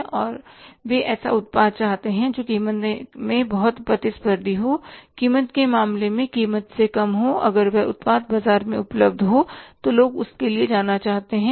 और वे ऐसा उत्पाद चाहते हैं जो कीमत में बहुत प्रतिस्पर्धी हो कीमत के मामले में कीमत में कम हो और अगर वह उत्पाद बाजार में उपलब्ध हो तो लोग उसके लिए जाना चाहते थे